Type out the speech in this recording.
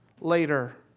later